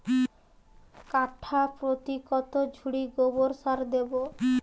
কাঠাপ্রতি কত ঝুড়ি গোবর সার দেবো?